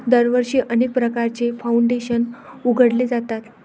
दरवर्षी अनेक प्रकारचे फाउंडेशन उघडले जातात